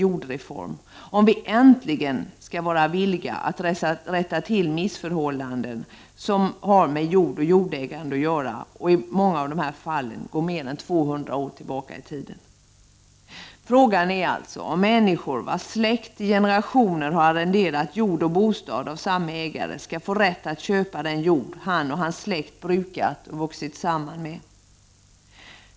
Vi skall besluta om huruvida vi äntligen skall vara villiga att rätta till missförhållanden som gäller jord och jordägande och som i många fall går upp till 200 år tillbaka i tiden. Frågan är om människor vars släkt i generationer har arrenderat jord och bostad av samme ägare, skall få rätt att köpa den jord han och hans släkt brukat och vuxit samman med.